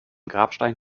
grabstein